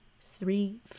three